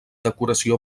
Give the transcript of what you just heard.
decoració